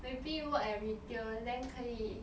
maybe work at retail then 可以